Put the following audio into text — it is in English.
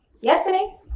Yesterday